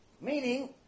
Meaning